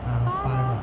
ah pa~